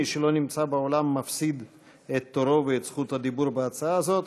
ומי שלא נמצא באולם מפסיד את תורו ואת זכות הדיבור בהצעה הזאת.